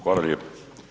Hvala lijepo.